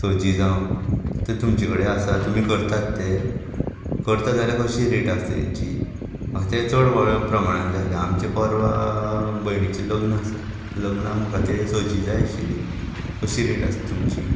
सजी जावं तें तुमचे कडेन आसा तुमी करतात तें करता जाल्यार कशी रेट आसा तेंची हय तें चड व्हड प्रमाणान जाय आसलें आमचें परवां भयणीचें लग्न आसा त्या लग्नाक म्हाका तें सोजी जाय आशिल्ली कशी रेट आसा तुमची